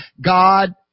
God